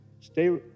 Stay